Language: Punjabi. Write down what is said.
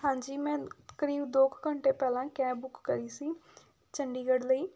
ਹਾਂਜੀ ਮੈਂ ਕਰੀਬ ਦੋ ਕੁ ਘੰਟੇ ਪਹਿਲਾਂ ਕੈਬ ਬੁੱਕ ਕਰੀ ਸੀ ਚੰਡੀਗੜ੍ਹ ਲਈ